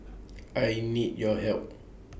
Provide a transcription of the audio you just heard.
I need your help